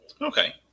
Okay